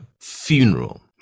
funeral